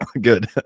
Good